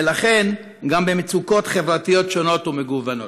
ולכן גם במצוקות חברתיות שונות ומגוונות.